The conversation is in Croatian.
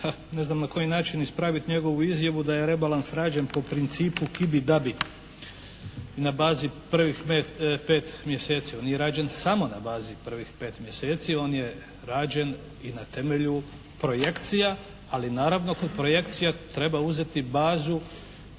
ne znam na koji način ispraviti njegovu izjavu da je rebalans rađen po principu ki bi da bi i na bazi prvih pet mjeseci. On nije rađen samo na bazi prvih pet mjeseci, on je rađen i na temelju projekcija ali naravno kod projekcija treba uzeti bazu